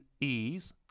ease